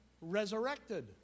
resurrected